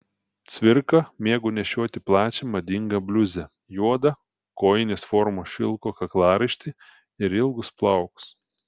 cvirka mėgo nešioti plačią madingą bliuzę juodą kojinės formos šilko kaklaraištį ir ilgus plaukus